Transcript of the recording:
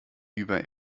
über